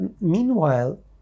meanwhile